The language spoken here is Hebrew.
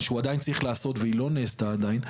שהוא עדיין צריך לעשות והיא לא נעשתה עדיין,